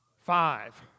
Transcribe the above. Five